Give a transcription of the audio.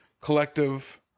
collective